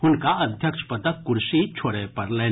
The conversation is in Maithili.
हुनका अध्यक्ष पदक कुर्सी छोड़य पड़लनि